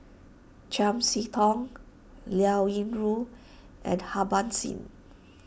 Chiam See Tong Liao Yingru and Harbans Singh